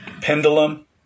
pendulum